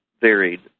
varied